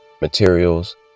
materials